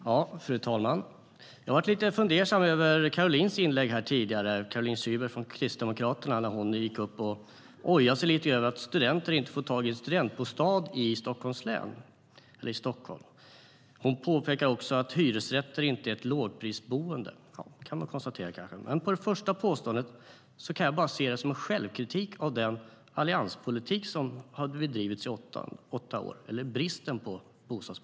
Fru talman! Jag blev lite fundersam över Caroline Szybers inlägg här tidigare, när hon gick upp och ojade sig över att studenter inte får tag i studentbostäder i Stockholm. Hon påpekade också att hyresrätter inte är något lågprisboende. Det kan man kanske konstatera. Det första påståendet kan jag bara se som en självkritik av den allianspolitik och brist på bostadspolitik som har bedrivits i åtta år.